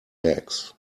legs